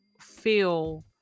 feel